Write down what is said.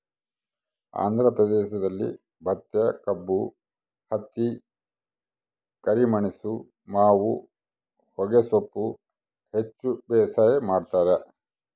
ಆಂಧ್ರ ಪ್ರದೇಶದಲ್ಲಿ ಭತ್ತಕಬ್ಬು ಹತ್ತಿ ಕರಿಮೆಣಸು ಮಾವು ಹೊಗೆಸೊಪ್ಪು ಹೆಚ್ಚು ಬೇಸಾಯ ಮಾಡ್ತಾರ